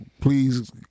please